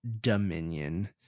Dominion